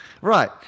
Right